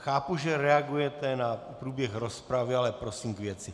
Chápu, že reagujete na průběh rozpravy, ale prosím k věci.